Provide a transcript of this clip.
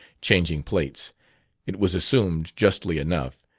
changing plates it was assumed, justly enough,